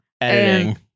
editing